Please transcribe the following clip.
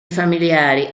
familiari